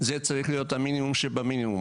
זה צריך להיות המינימום שבמינימום.